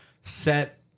set